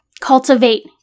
cultivate